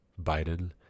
Biden